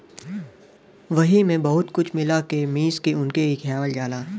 वही मे बहुत कुछ मिला के मीस के उनके खियावल जाला